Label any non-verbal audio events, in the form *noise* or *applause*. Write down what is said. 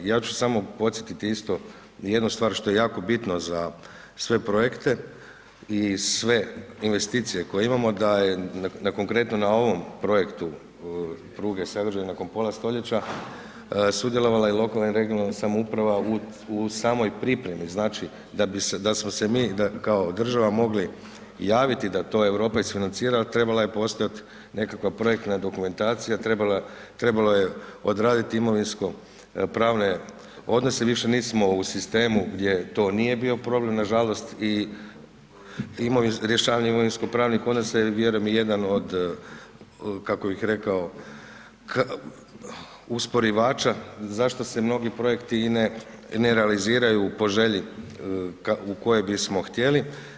Ja ću samo podsjetiti isto jednu stvar što je jako bitno za sve projekte i sve investicije koje imamo, da je na konkretnom na ovom projektu pruge ... *unintelligible* pola stoljeća sudjelovala i lokalna i regionalna samouprava u samoj pripremi, znači da smo se mi kao država mogli javiti da to Europa isfinancira, trebala je postojat nekakva projekta dokumentacija, trebalo je odraditi imovinsko-pravne odnose jer više nismo u sistemu gdje to nije bio problem gdje to nije bio problem nažalost i rješavanje imovino-pravnih odnosa je vjerujem i jedan od kako bi rekao, usporivača zašto se mnogi projekti i ne realiziraju po želju u kojoj bismo htjeli.